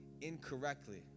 incorrectly